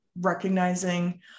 recognizing